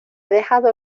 dejado